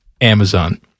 Amazon